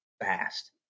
fast